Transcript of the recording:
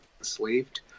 enslaved